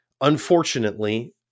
unfortunately